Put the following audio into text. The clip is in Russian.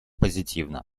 позитивно